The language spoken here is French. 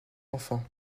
enfants